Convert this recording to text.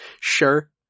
sure